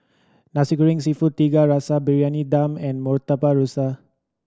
Nasi Goreng Seafood Tiga Rasa Briyani Dum and Murtabak Rusa